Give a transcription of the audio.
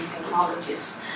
technologies